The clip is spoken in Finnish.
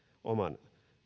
oman